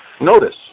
Notice